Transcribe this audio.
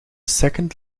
second